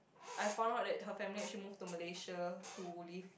I found out that her family actually move to Malaysia to live